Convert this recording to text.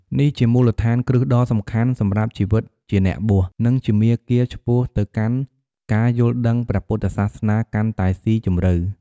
នេះជាមូលដ្ឋានគ្រឹះដ៏សំខាន់សម្រាប់ជីវិតជាអ្នកបួស និងជាមាគ៌ាឆ្ពោះទៅកាន់ការយល់ដឹងព្រះពុទ្ធសាសនាកាន់តែស៊ីជម្រៅ។